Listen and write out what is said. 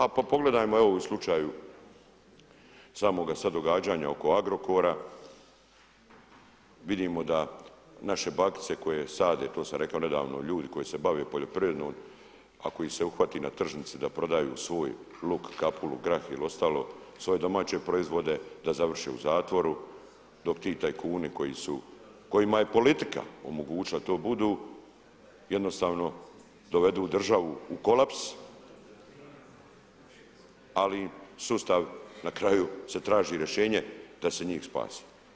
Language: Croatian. A pogledajmo evo i u slučaju samoga sad događanja oko Agrokora, vidimo da naše bakice koje sade, to sam rekao nedavno, ljudi koji se bave poljoprivredom ako ih se uhvati na tržnici da prodaju svoj luk, kapulu, grah ili ostalo, svoje domaće proizvode da završe u zatvoru dok ti tajkuni koji su, kojima je politika omogućila da to budu jednostavno dovedu državu u kolaps ali sustav na kraju se traži rješenje da se njih spasi.